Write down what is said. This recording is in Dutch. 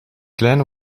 klein